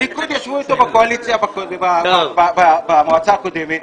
הליכוד ישבו אתו בקואליציה במועצה הקודמת,